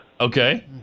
Okay